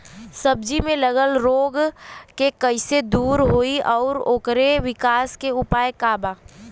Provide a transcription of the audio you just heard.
सब्जी में लगल रोग के कइसे दूर होयी और ओकरे विकास के उपाय का बा?